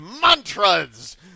mantras